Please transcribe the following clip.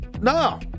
No